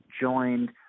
joined